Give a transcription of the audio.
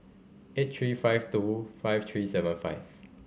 eight three five two five three seven five